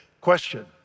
Question